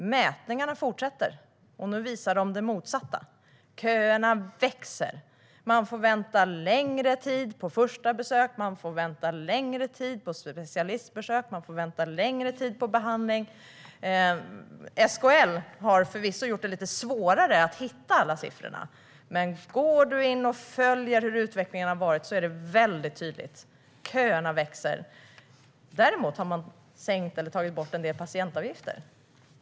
Mätningarna fortsätter, och nu visar de på det motsatta, att köerna växer. Man får vänta längre tid på ett första besök, vänta längre tid på specialistbesök och vänta längre tid på behandling. SKL har förvisso gjort det lite svårare att hitta alla siffror, men om man går in och följer hur utvecklingen har varit ser man väldigt tydligt att köerna växer. Däremot har man sänkt eller tagit bort en del patientavgifter.